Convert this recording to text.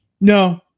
No